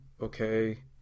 okay